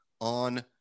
on